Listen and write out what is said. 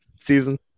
season